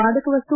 ಮಾದಕ ವಸ್ತು